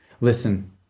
Listen